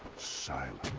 so